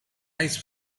ice